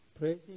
praising